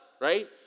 Right